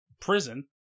prison